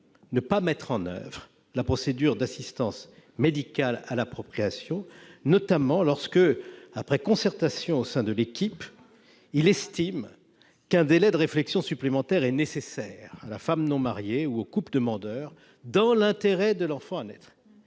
ne pas mettre en oeuvre la procédure d'assistance médicale à la procréation, notamment lorsque, « après concertation au sein de l'équipe [...], il estime qu'un délai de réflexion supplémentaire est nécessaire à la femme non mariée ou au couple demandeur dans l'intérêt de l'enfant à naître